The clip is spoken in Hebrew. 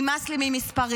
נמאס לי ממספרים,